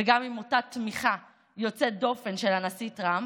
וגם עם אותה תמיכה יוצאת דופן של הנשיא טראמפ.